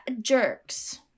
jerks